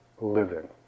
living